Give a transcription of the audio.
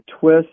twist